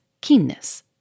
keenness